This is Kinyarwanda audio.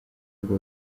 ubwo